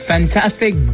Fantastic